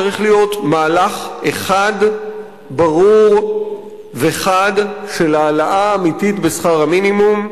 צריך להיות מהלך אחד ברור וחד של העלאה אמיתית בשכר המינימום.